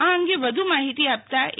આ અંગુ વધુ માહિતી આપતા એ